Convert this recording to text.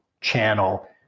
channel